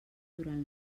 durant